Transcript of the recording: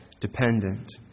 dependent